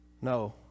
No